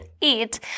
eat